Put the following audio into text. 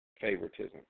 favoritism